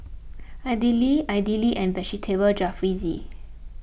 Idili Idili and Vegetable Jalfrezi